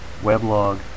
weblog